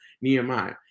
Nehemiah